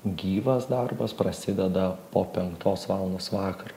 gyvas darbas prasideda po penktos valandos vakaro